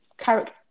character